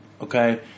okay